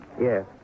Yes